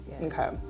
okay